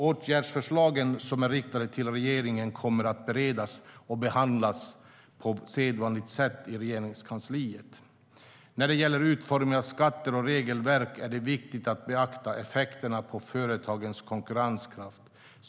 Åtgärdsförslagen som är riktade till regeringen kommer att beredas och behandlas på sedvanligt sätt i Regeringskansliet. När det gäller utformningen av skatter och regelverk är det viktigt att beakta effekterna på företagens konkurrenskraft.